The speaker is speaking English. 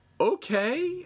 okay